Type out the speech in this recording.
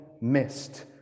missed